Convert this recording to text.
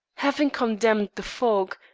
having condemned the fog,